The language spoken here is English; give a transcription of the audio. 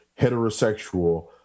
heterosexual